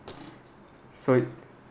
so